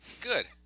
Good